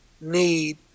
need